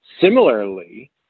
Similarly